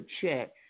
check